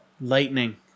lightning